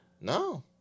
No